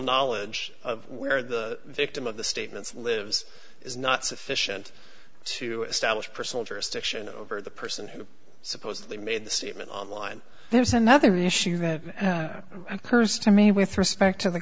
knowledge where the victim of the statements lives is not sufficient to establish personal jurisdiction over the person who supposedly made the statement online there's another issue that occurs to me with respect to the